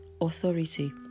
authority